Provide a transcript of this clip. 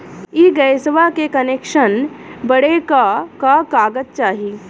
इ गइसवा के कनेक्सन बड़े का का कागज चाही?